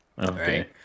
Okay